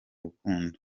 rukundo